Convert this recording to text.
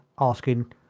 asking